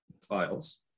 files